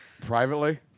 Privately